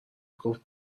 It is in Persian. گفت